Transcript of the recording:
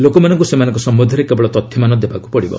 ଲୋକମାନଙ୍କୁ ସେମାନଙ୍କ ସମ୍ଭନ୍ଧରେ କେବଳ ତଥ୍ୟମାନ ଦେବାକୃ ହେବ